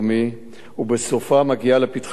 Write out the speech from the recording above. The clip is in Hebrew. ובסופה מגיעה לפתחה של המשטרה,